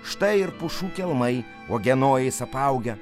štai ir pušų kelmai uogienojais apaugę